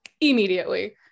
immediately